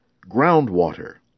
groundwater